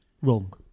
wrong